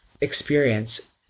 experience